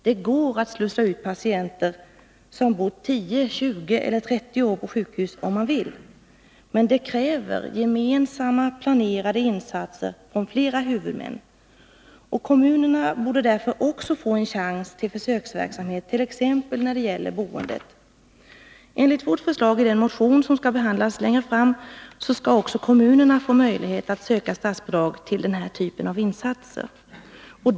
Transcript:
Det går att slussa ut patienter som bott 10, 20 eller 30 år på sjukhus om man vill. Men det kräver gemensamma, planerade insatser från flera huvudmän. Kommunerna borde därför också få en chans att bedriva en försöksverksamhet t.ex. när det gäller boendet. Enligt vårt förslag i den motion som skall behandlas längre fram i vår, skall också kommunerna få möjlighet att söka statsbidrag till den här typen av insatser.